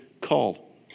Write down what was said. call